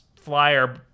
flyer